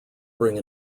bring